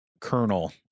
colonel